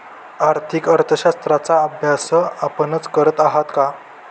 आर्थिक अर्थशास्त्राचा अभ्यास आपणच करत आहात का?